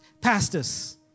pastors